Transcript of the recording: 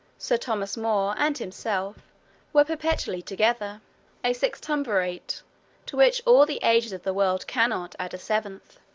sir thomas more, and himself were perpetually together a sextumvirate, to which all the ages of the world cannot add a seventh.